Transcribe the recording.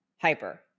hyper